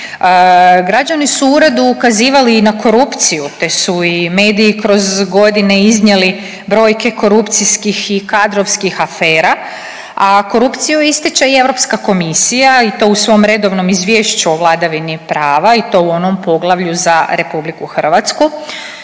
Građani su uredu ukazivali i na korupciju te su i mediji kroz godine iznijeli brojke korupcijskih i kadrovskih afera, a korupciju ističe i Europska komisija i to u svom redovnom izvješću o vladavini prava i to u onom poglavlju za RH. Borba protiv